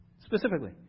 Specifically